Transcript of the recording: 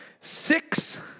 Six